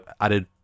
added